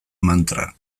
mantra